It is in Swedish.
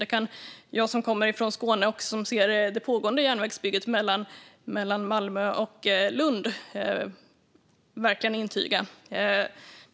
Det kan jag som kommer från Skåne och som ser det pågående järnvägsbygget mellan Malmö och Lund verkligen intyga.